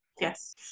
yes